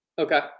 okay